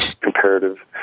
comparative